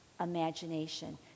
imagination